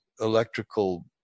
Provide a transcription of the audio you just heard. electrical